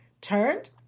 turned